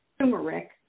turmeric